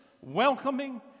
welcoming